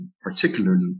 particularly